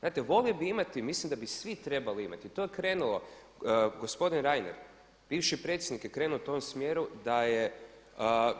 Gledajte volio bih imati, mislim da bi svi trebali imati, to je krenulo gospodin Reiner, bivši predsjednik je krenuo u tom smjeru da